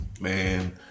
Man